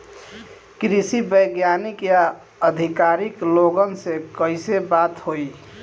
कृषि वैज्ञानिक या अधिकारी लोगन से कैसे बात होई?